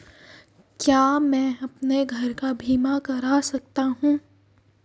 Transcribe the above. क्या मैं अपने घर का बीमा करा सकता हूँ?